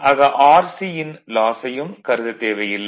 ஆக Rc ன் லாசையும் கருதத் தேவையில்லை